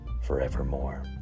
forevermore